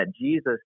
Jesus